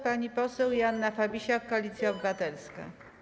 Pani poseł Joanna Fabisiak, Koalicja Obywatelska.